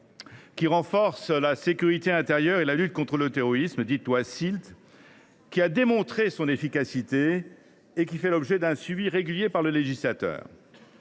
2017 renforçant la sécurité intérieure et la lutte contre le terrorisme, dite loi Silt. Ce texte, qui a démontré son efficacité, fait l’objet d’un suivi régulier par le législateur.